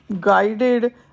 guided